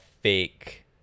fake